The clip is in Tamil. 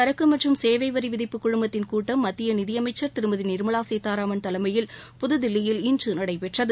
சரக்கு மற்றும் சேவை வரி விதிப்பு குழுமத்தின் கூட்டம் மத்திய நிதி அமைச்சள் திருமதி நிமலா சீதாராமன் தலைமையில் புதுதில்லியில் இன்று நடைபெற்றது